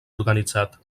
organitzat